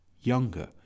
younger